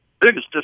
biggest